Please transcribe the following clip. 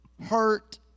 hurt